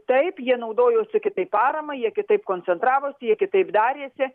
taip jie naudojosi kitaip parama jie kitaip koncentravosi jie kitaip darėsi